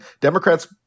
Democrats